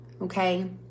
okay